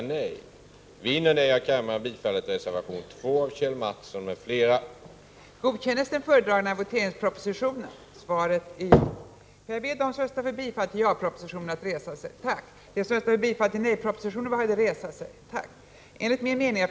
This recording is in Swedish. Mom. 4 Först biträddes reservation 4 av Knut Billing m.fl. — som ställdes mot reservation 5 av Kjell Mattsson m.fl. — med acklamation.